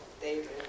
David